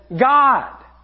God